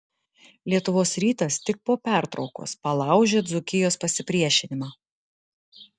lietuvos rytas tik po pertraukos palaužė dzūkijos pasipriešinimą